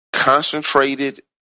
concentrated